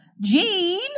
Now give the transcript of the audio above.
Jean